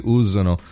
usano